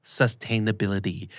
sustainability